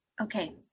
Okay